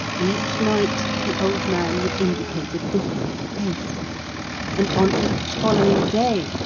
each night, the old man would indicate a different place and, on each following day,